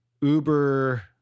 Uber